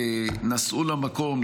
נסעו למקום,